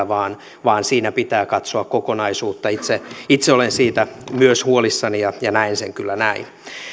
vaan vaan siinä pitää katsoa kokonaisuutta itse itse olen siitä myös huolissani ja näen sen kyllä näin